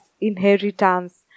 inheritance